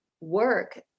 work